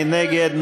מי נגד?